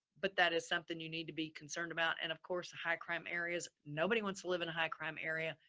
but that is something you need to be concerned about. and of course the high crime areas, nobody wants to live in a high crime area,